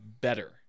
better